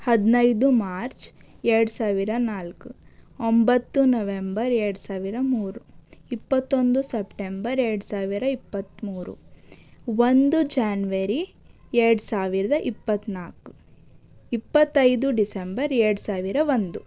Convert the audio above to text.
ಹದಿನೈದು ಮಾರ್ಚ್ ಎರಡು ಸಾವಿರ ನಾಲ್ಕು ಒಂಬತ್ತು ನವೆಂಬರ್ ಎರಡು ಸಾವಿರ ಮೂರು ಇಪ್ಪತ್ತೊಂದು ಸೆಪ್ಟೆಂಬರ್ ಎರಡು ಸಾವಿರ ಇಪ್ಪತ್ತ್ಮೂರು ಒಂದು ಜಾನ್ವರಿ ಎರಡು ಸಾವಿರದ ಇಪ್ಪತ್ತ್ನಾಲ್ಕು ಇಪ್ಪತ್ತೈದು ಡಿಸೆಂಬರ್ ಎರಡು ಸಾವಿರ ಒಂದು